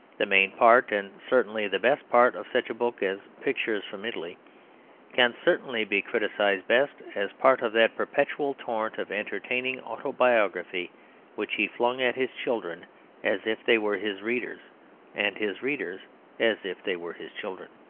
the main part, and certainly the best part, of such a book as pictures from italy can certainly be criticised best as part of that perpetual torrent of entertaining autobiography which he flung at his children as if they were his readers and his readers as if they were his children.